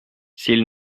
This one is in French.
s’il